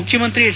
ಮುಖ್ಯಮಂತ್ರಿ ಹೆಚ್